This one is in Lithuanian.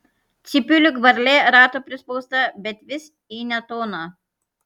cypiu lyg varlė rato prispausta bet vis į ne toną